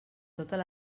totes